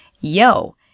yo